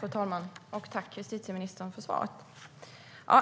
Fru talman! Tack för svaret, justitieministern!